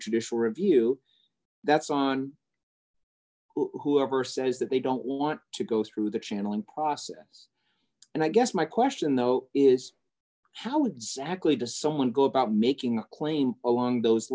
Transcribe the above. judicial review that's on who ever says that they don't want to go through the channeling process and i guess my question though is how exactly does someone go about making a claim along those